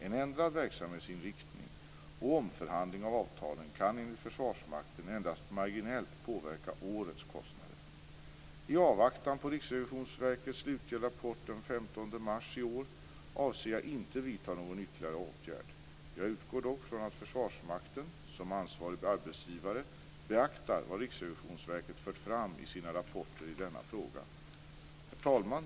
En ändrad verksamhetsinriktning och omförhandling av avtalen kan enligt Försvarsmakten endast marginellt påverka årets kostnader. I avvaktan på Riksrevisionsverkets slutliga rapport den 15 mars i år avser jag inte att vidta någon ytterligare åtgärd. Jag utgår dock ifrån att Försvarsmakten som ansvarig arbetsgivare beaktar vad Riksrevisionsverket fört fram i sina rapporter i denna fråga. Herr talman!